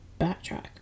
backtrack